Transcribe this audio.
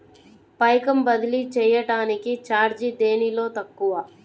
పైకం బదిలీ చెయ్యటానికి చార్జీ దేనిలో తక్కువ?